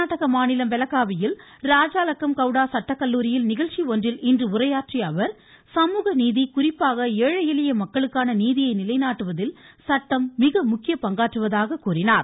கர்நாடக மாநிலம் பெலகாவியில் ராஜா லக்கம் கௌடா சட்டக் கல்லூரியில் நிகழ்ச்சி ஒன்றில் இன்று உரையாற்றிய அவர் சமூக நீதி குறிப்பாக ஏழை எளிய மக்களுக்கான நீதியை நிலைநாட்டுவதில் சட்டம் மிக முக்கிய பங்காற்றுவதாக கூறினார்